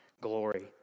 glory